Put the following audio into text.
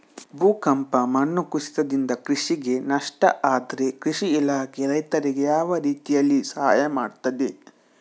ಭೂಕಂಪ, ಮಣ್ಣು ಕುಸಿತದಿಂದ ಕೃಷಿಗೆ ನಷ್ಟ ಆದ್ರೆ ಕೃಷಿ ಇಲಾಖೆ ರೈತರಿಗೆ ಯಾವ ರೀತಿಯಲ್ಲಿ ಸಹಾಯ ಮಾಡ್ತದೆ?